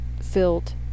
filled